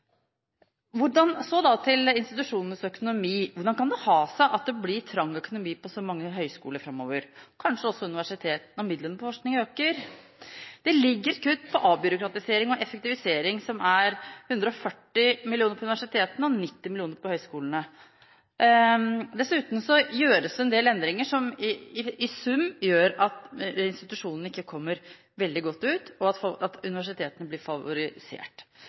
Hvordan kan det ha seg at det blir trang økonomi på så mange høyskoler framover – kanskje også på universitetene – når midlene på forskning øker? Det ligger kutt under «avbyråkratisering og effektivisering» på 140 mill. kr til universitetene og på 90 mill. kr til høyskolene. Dessuten gjøres det en del endringer som i sum gjør at institusjonene ikke kommer veldig godt ut, og at universitetene blir favorisert.